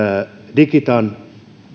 digitan